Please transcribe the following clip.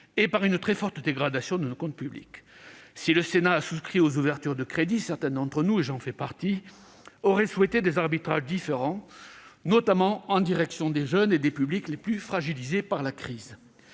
et par une très forte dégradation de nos comptes publics. Si le Sénat a souscrit aux ouvertures de crédits, certains d'entre nous- et j'en fais partie -auraient souhaité des arbitrages différents, notamment en direction des jeunes et des publics les plus fragilisés par la crise.